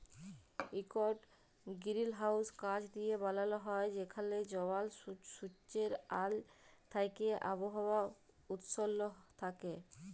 ইকট গিরিলহাউস কাঁচ দিঁয়ে বালাল হ্যয় যেখালে জমাল সুজ্জের আল থ্যাইকে আবহাওয়া উস্ল থ্যাইকে